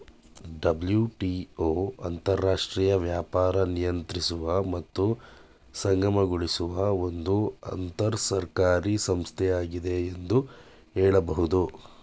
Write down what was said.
WTO ಅಂತರರಾಷ್ಟ್ರೀಯ ವ್ಯಾಪಾರ ನಿಯಂತ್ರಿಸುವ ಮತ್ತು ಸುಗಮಗೊಳಿಸುವ ಒಂದು ಅಂತರಸರ್ಕಾರಿ ಸಂಸ್ಥೆಯಾಗಿದೆ ಎಂದು ಹೇಳಬಹುದು